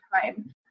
time